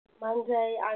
Monday